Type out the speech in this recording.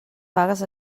pagues